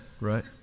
right